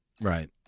Right